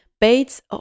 Bates